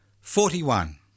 forty-one